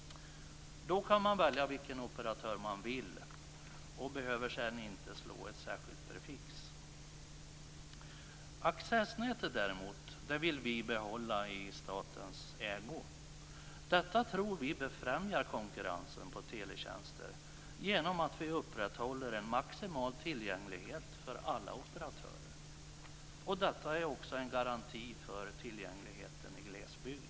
Då kan man välja vilken operatör man vill och behöver sedan inte slå ett särskilt prefix. Däremot vill vi behålla accessnätet i statens ägo. Vi tror att detta befrämjar konkurrensen på teletjänster genom att vi upprätthåller en maximal tillgänglighet för alla operatörer. Detta är också en garanti för tillgängligheten i glesbygden.